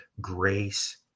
grace